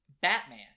Batman